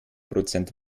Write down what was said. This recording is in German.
prozent